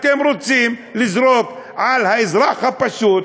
אתם רוצים לזרוק על האזרח הפשוט,